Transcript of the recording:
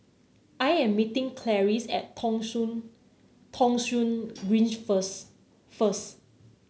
I am meeting Clarice at Thong Soon Thong Soon Green first first